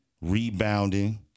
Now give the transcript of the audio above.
rebounding